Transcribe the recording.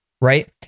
right